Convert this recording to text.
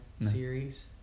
series